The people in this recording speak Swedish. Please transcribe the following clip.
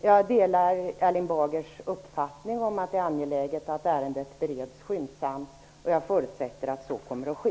Jag delar Erling Bagers uppfattning att det är angeläget att ärendet bereds skyndsamt, och jag förutsätter att så kommer att ske.